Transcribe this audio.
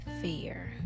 fear